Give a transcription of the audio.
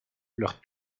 leurs